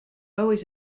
always